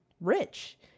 rich